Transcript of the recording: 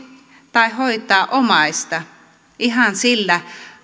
tai hoitaa omaista ihan sillä